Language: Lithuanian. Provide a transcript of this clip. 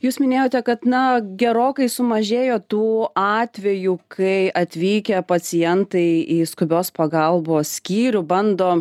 jūs minėjote kad na gerokai sumažėjo tų atvejų kai atvykę pacientai į skubios pagalbos skyrių bando